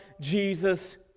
Jesus